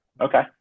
Okay